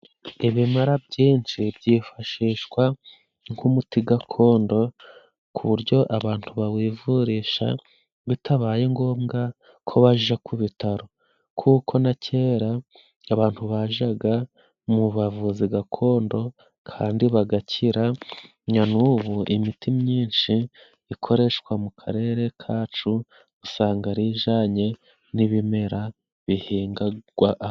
Ibimera byinshi byifashishwa nk'umuti gakondo. Ku buryo abantu bawivurisha bitabaye ngombwa ko baja ku bitaro. Kuko na kera abantu bajaga mu bavuzi gakondo kandi bagakira, nanubu imiti myinshi ikoreshwa mu Karere kacu, usanga ari ijanye n'ibimera bihingagwa.